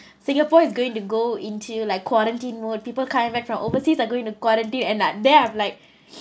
singapore is going to go into like quarantine mode people coming back from overseas are going to quarantine and I'm like then I'm like